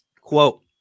Quote